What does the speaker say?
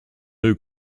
new